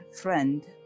friend